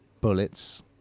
bullets